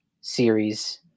series